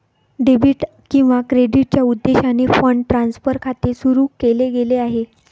debit किंवा क्रेडिटच्या उद्देशाने फंड ट्रान्सफर खाते सुरू केले गेले आहे